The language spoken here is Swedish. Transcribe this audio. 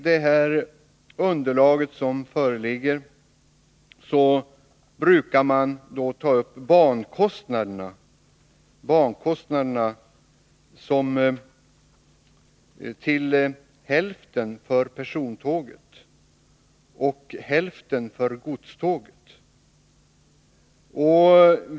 I underlaget brukar man ta upp bankostnaderna på så sätt att hälften faller på persontåg och hälften på godståg.